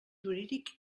jurídic